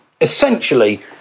Essentially